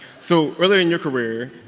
so earlier in your career,